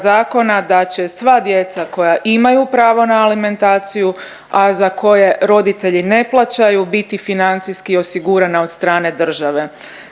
da će sva djeca koja imaju pravo na alimentaciju, a za koje roditelji ne plaćaju biti financijski osigurana od strane države.